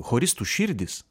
choristų širdys